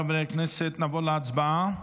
חברי הכנסת, נעבור להצבעה,